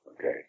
okay